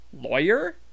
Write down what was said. lawyer